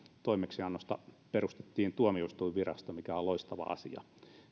toimeksiannosta perustettiin tuomioistuinvirasto mikä on loistava asia